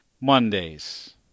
Mondays